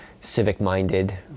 civic-minded